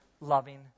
loving